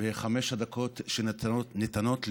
בחמש הדקות שניתנות לי,